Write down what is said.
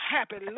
Happy